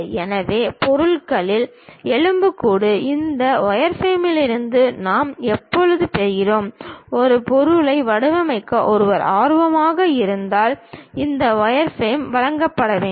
எனவே பொருளின் எலும்புக்கூடு இந்த வயர்ஃப்ரேமிலிருந்து நாம் எப்போதும் பெறுகிறோம் ஒரு பொருளை வடிவமைக்க ஒருவர் ஆர்வமாக இருந்தால் இந்த வயர்ஃப்ரேம் வழங்கப்பட வேண்டும்